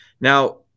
Now